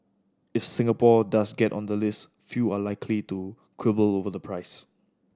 if Singapore does get on the list few are likely to quibble over the price